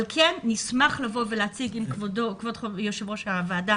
אבל כן נשמח לבוא ולהציג, אם כבוד יושב-ראש הוועדה